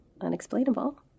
unexplainable